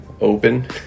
open